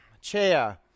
chair